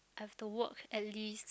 have to work at least